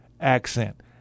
Accent